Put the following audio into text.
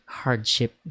hardship